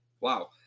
Wow